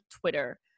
Twitter